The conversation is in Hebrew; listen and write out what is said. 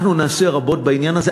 אנחנו נעשה רבות בעניין הזה,